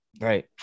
Right